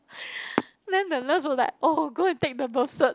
then the nurse was like oh go and take the birth cert